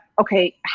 okay